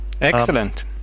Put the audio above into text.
Excellent